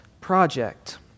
project